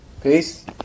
Peace